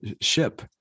ship